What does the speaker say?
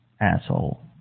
Asshole